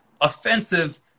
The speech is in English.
offensive